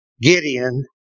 Gideon